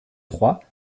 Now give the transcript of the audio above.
trois